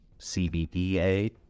CBDA